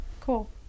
cool